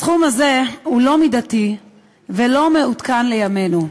הסכום הזה אינו מידתי ואינו מעודכן לימינו,